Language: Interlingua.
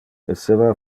esseva